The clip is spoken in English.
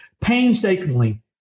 painstakingly